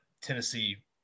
Tennessee